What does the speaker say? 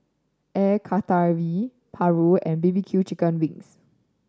Air Karthira Paru and B B Q chicken wings